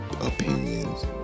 opinions